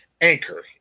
Anchor